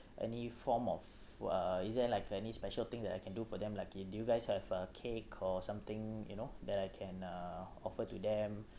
any form of uh isn't like any special thing that I can do for them like the do you guys have a cake